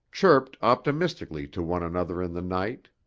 chirped optimistically to one another in the night.